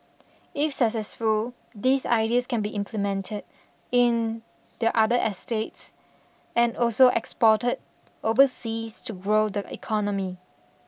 if successful these ideas can be implemented in the other estates and also exported overseas to grow the economy